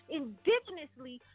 indigenously